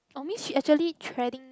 oh means she actually treading